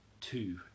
two